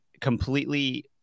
completely